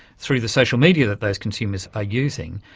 through the social media that those consumers are using,